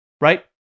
right